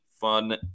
fun